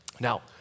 Now